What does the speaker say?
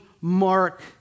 mark